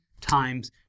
times